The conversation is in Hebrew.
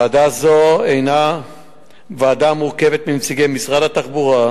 ועדה זו הינה ועדה המורכבת מנציגי משרד התחבורה,